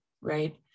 Right